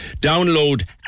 Download